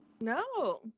No